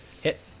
Hit